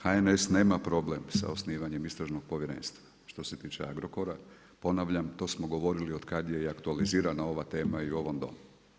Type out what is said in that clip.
HNS nema problem sa osnivanjem istražnog povjerenstva što se tiče Agrokora, ponavljam to smo govorili od kada je i aktualizirana ova tema i u ovom Domu.